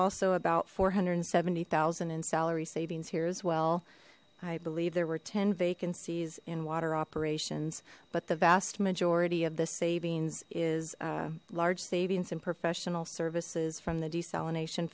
also about four hundred and seventy thousand in salary savings here as well i believe there were ten vacancies in water operations but the vast majority of the savings is large savings and professional services from the desalination